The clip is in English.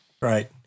Right